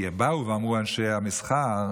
כי באו ואמרו אנשי המסחר,